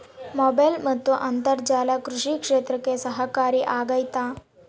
Mobile ಮತ್ತು ಅಂತರ್ಜಾಲ ಕೃಷಿ ಕ್ಷೇತ್ರಕ್ಕೆ ಸಹಕಾರಿ ಆಗ್ತೈತಾ?